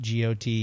GOT